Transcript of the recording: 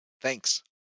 Thanks